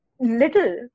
little